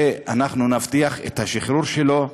ואנחנו נבטיח את השחרור שלו.